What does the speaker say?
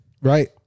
right